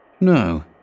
No